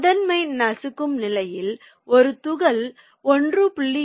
முதன்மை நசுக்கும் நிலையில் ஒரு துகள் 1